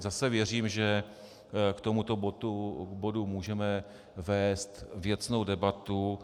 Zase věřím, že k tomuto bodu můžeme vést věcnou debatu.